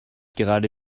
gerade